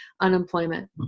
unemployment